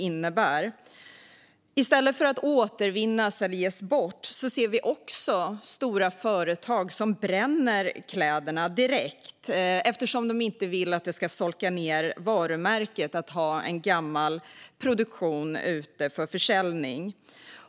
I stället för att återvinna eller ge bort kläderna ser vi stora företag som bränner kläderna direkt, eftersom det skulle solka ned varumärket att ha en gammal produktion ute för försäljning.